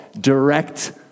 direct